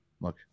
look